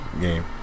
game